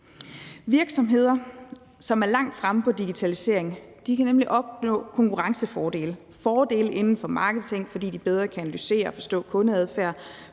Virksomheder, som er langt fremme med digitalisering, kan nemlig opnå konkurrencefordele: fordele inden for marketing, fordi de bedre kan analysere og forstå kundeadfærd,